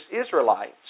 Israelites